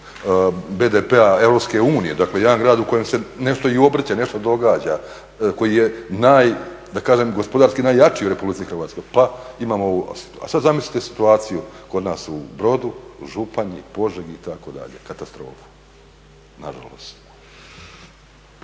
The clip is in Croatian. BDP-a EU. Dakle, jedan grad u kojem se nešto i obrće, nešto događa, koji je naj da kažem gospodarski najjači u Republici Hrvatskoj pa imamo ovu situaciju. A sad zamislite situaciju kod nas u Brodu, Županji, Požegi itd. Katastrofa, na žalost.